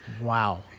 Wow